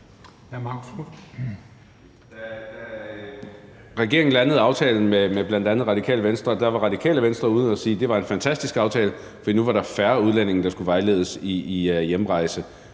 Da regeringen landede aftalen med bl.a. Det Radikale Venstre, var Det Radikale Venstre ude at sige, at det var en fantastisk aftale, for nu var der færre udlændinge, der skulle vejledes i hjemrejse.